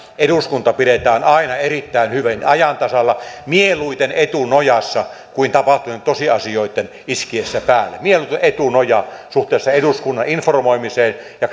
eduskunta pidetään aina erittäin hyvin ajan tasalla mieluummin etunojassa kuin tapahtuneitten tosiasioitten iskiessä päälle mieluiten etunoja suhteessa eduskunnan informoimiseen ja